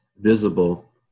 visible